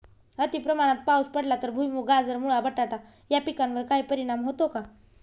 अतिप्रमाणात पाऊस पडला तर भुईमूग, गाजर, मुळा, बटाटा या पिकांवर काही परिणाम होतो का?